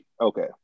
okay